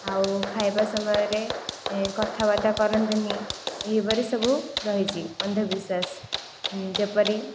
ଆଉ ଖାଇବା ସମୟରେ କଥାବାର୍ତ୍ତା କରନ୍ତିନି ଏହିପରି ସବୁ ରହିଛି ଅନ୍ଧବିଶ୍ୱାସ ଯେପରି